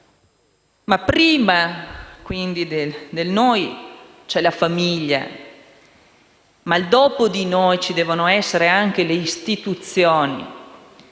prima del noi c'è la famiglia, "dopo di noi" devono esserci anche le istituzioni.